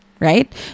Right